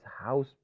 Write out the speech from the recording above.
house